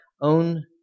own